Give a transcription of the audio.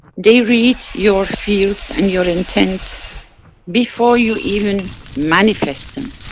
they read your fields and your intent before you even manifest them.